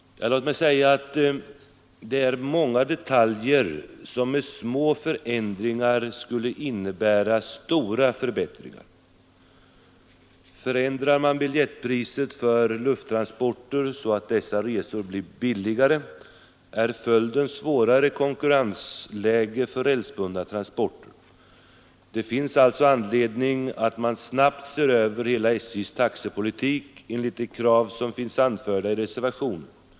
Ja, låt mig säga att det är många detaljer som med små förändringar skulle innebära stora förbättringar. En förändring av biljettpriset för lufttransporter så att dessa resor blir billigare medför svårare konkurrensläge för rälsbundna transporter. Det finns alltså anledning att snabbt se över hela SJ:s taxepolitik enligt de krav som finns anförda i reservationen.